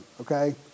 okay